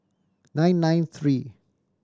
nine nine three